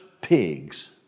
pigs